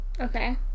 Okay